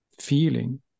feeling